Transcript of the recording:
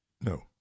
No